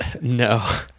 no